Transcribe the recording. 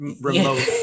remote